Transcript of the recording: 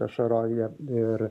ašaroja ir